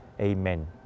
Amen